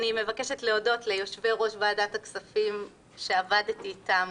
אני מבקשת להודות ליושבי-ראש ועדת הכספים שעבדתי איתם,